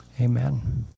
Amen